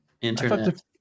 Internet